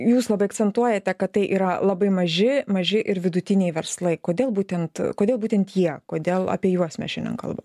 jūs labai akcentuojate kad tai yra labai maži maži ir vidutiniai verslai kodėl būtent kodėl būtent jie kodėl apie juos mes šiandien kalbam